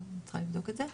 אני צריכה לבדוק את זה,